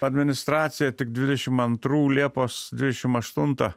administracija tik dvidešim antrų liepos dvidešim aštuntą